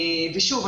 שוב,